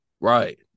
Right